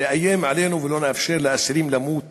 לאיים עלינו ולא נאפשר לאסירים למות